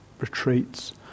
retreats